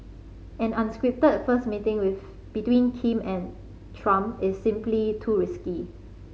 an unscripted first meeting with between Kim and Trump is simply too risky